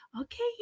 okay